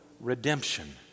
redemption